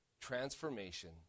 Transformation